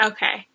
Okay